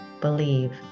believe